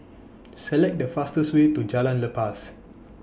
Select The fastest Way to Jalan Lepas